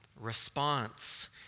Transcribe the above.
response